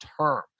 term